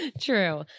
true